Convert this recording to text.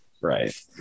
Right